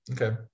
Okay